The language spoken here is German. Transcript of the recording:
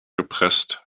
gepresst